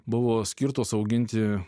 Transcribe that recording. buvo skirtos auginti